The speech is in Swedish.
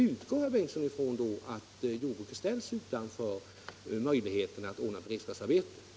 Utgår då herr Bengtsson från att jordbruket ställs utanför möjligheten att ordna beredskapsarbete?